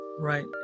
right